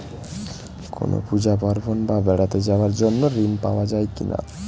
কোনো পুজো পার্বণ বা বেড়াতে যাওয়ার জন্য ঋণ পাওয়া যায় কিনা?